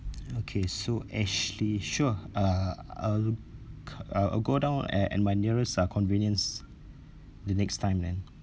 okay so ashley sure uh uh I'll go down at my nearest uh convenience the next time then